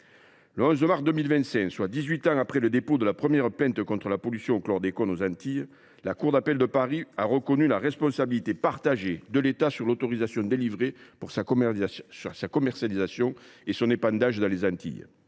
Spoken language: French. Le 11 mars 2025, soit dix huit ans après le dépôt de la première plainte contre la pollution au chlordécone aux Antilles, la cour d’appel de Paris a reconnu la responsabilité partagée de l’État sur l’autorisation délivrée pour sa commercialisation et son épandage dans les Antilles.